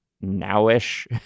now-ish